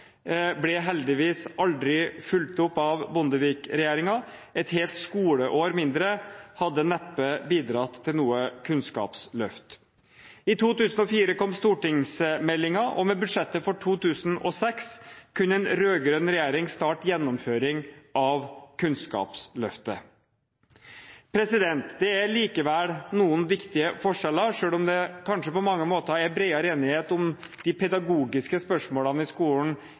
ble heldigvis aldri fulgt opp av Bondevik-regjeringen. Et helt skoleår mindre hadde neppe bidratt til noe kunnskapsløft. I 2004 kom stortingsmeldingen, og med budsjettet for 2006 kunne en rød-grønn regjering starte gjennomføring av Kunnskapsløftet. Det er likevel noen viktige forskjeller, selv om det kanskje på mange måter nå er bredere enighet om de pedagogiske spørsmålene i skolen